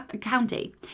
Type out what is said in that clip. county